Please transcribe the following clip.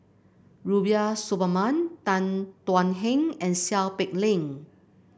Rubiah Suparman Tan Thuan Heng and Seow Peck Leng